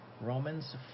Romans